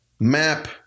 map